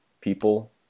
people